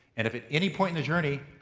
and if at any point in the journey